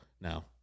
now